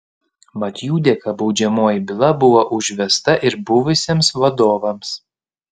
mat jų dėka baudžiamoji byla buvo užvesta ir buvusiems vadovams